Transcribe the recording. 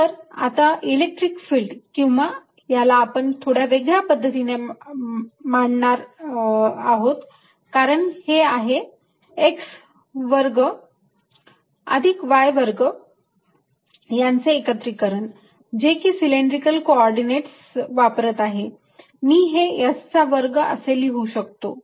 नंतर आता electric field किंवा याला आपण थोड्या वेगळ्या पद्धतीने मांडूयात कारण हे आहे x वर्ग अधिक y वर्ग यांचे एकत्रीकरण जे की सिलेंड्रिकल कॉर्डिनेटस वापरत आहे मी हे s चा वर्ग असे लिहू शकतो